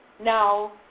Now